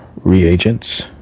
reagents